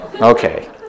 okay